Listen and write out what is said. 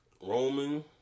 Roman